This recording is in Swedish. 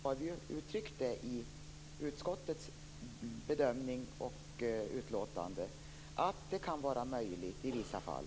Fru talman! När det gäller trepartssamarbetet har utskottet uttalat att ett sådant kan vara möjligt i vissa fall.